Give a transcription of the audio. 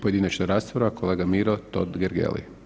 pojedinačna rasprava, kolega Miro Totgergeli.